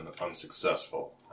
unsuccessful